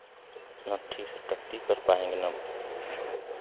ना ठीक से टट्टी कर पाएंगे ना